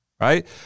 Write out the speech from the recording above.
right